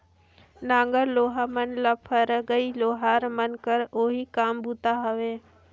नांगर लोहा मन ल फरगई लोहार मन कर ओही काम बूता हवे